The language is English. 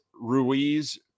Ruiz